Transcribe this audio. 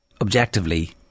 objectively